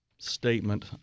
statement